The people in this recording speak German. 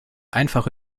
einfach